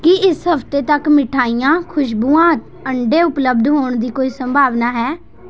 ਕੀ ਇਸ ਹਫ਼ਤੇ ਤੱਕ ਮਿਠਾਈਆਂ ਖੁਸ਼ਬੂਆਂ ਅੰਡੇ ਉਪਲਬਧ ਹੋਣ ਦੀ ਕੋਈ ਸੰਭਾਵਨਾ ਹੈ